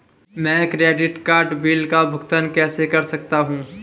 मैं credit card bill का भुगतान कैसे कर सकता हूं?